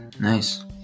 nice